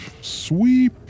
sweep